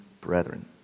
brethren